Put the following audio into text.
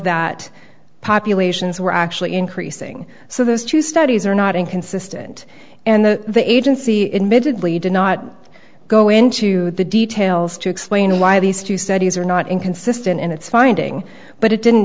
that populations were actually increasing so those two studies are not inconsistent and the the agency emitted lee did not go into the details to explain why these two studies are not inconsistent in its finding but it didn't